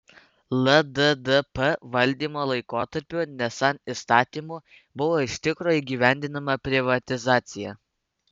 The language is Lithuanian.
lddp valdymo laikotarpiu nesant įstatymų buvo iš tikro įgyvendinama privatizacija